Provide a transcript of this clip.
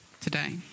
today